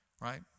Right